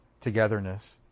togetherness